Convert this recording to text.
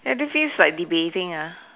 ya this feels like debating ah